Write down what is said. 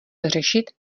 řešit